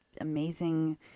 amazing